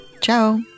Ciao